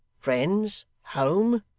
friends, home?